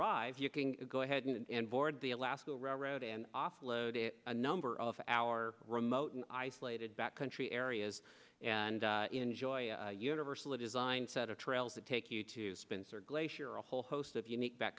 e you can go ahead and board the alaska railroad and offload a number of our remote and isolated back country areas and enjoy a universally designed set of trails that take you to spencer glacier a whole host of unique back